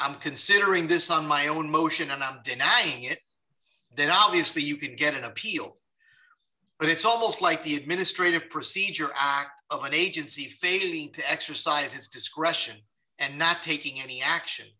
i'm considering this on my own motion i'm not denying it then obviously you could get an appeal but it's almost like the administrative procedure act of an agency fatally to exercise its discretion and not taking any action